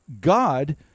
God